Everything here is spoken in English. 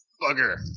Bugger